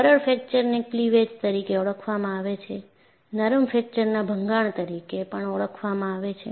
બરડ ફ્રેક્ચરને ક્લીવેજ તરીકે ઓળખવામાં આવે છે નરમ ફ્રેક્ચરના ભંગાણ તરીકે પણ ઓળખવામાં આવે છે